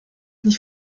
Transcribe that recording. nicht